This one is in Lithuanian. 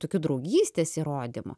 tokiu draugystės įrodymu